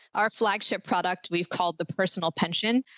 our flagship product, we've called the personal pension.